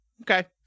Okay